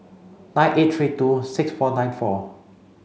nine eight three two six four nine four